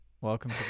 Welcome